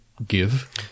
Give